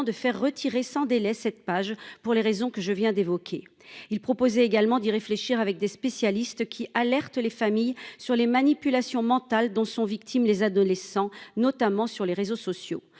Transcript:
de faire retirer sans délai cette page pour les raisons que je viens d'évoquer, il proposait également dit réfléchir avec des spécialistes qui alertent les familles sur les manipulations mentales dont sont victimes les adolescents notamment sur les réseaux sociaux